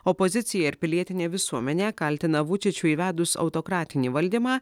opozicija ir pilietinė visuomenė kaltina vučičių įvedus autokratinį valdymą